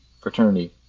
fraternity